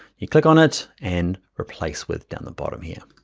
you click on it and replace with, down the bottom here.